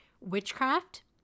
Witchcraft